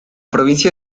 provincia